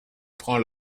prend